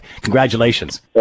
Congratulations